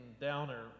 downer